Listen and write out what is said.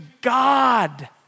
God